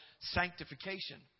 sanctification